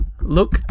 Look